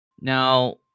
Now